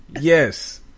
Yes